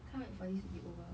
can't wait for this to be over